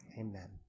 Amen